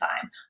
time